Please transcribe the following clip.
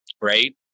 right